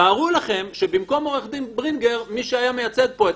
תארו לכם שבמקום עורך דין ברינגר מי שהיה מייצג פה את